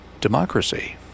democracy